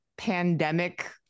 pandemic